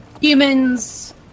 humans